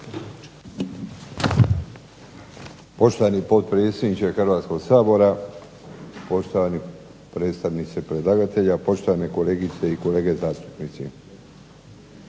Poštovani potpredsjedniče Hrvatskog sabora, poštovani predstavniče predlagatelja, poštovane kolegice i kolege zastupnici.